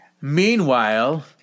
Meanwhile